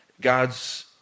God's